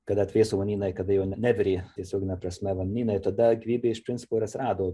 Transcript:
kada atvėso vanynai kada jau ne nevirė tiesiogine prasme vanynai tada gyvybė iš principo ir atsirado